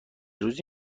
روزی